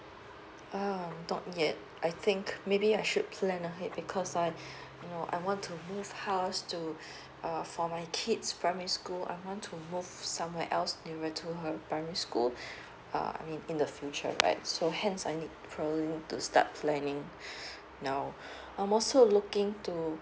ah not yet I think maybe I should plan ahead because uh you know I want to move house to uh for my kids primary school I want to move somewhere else nearer to her primary school um I mean in the future right so hence I need probably need to start planning now I'm also looking to